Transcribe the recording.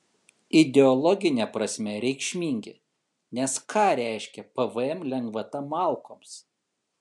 ideologine prasme reikšmingi nes ką reiškia pvm lengvata malkoms